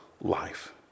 life